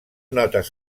notes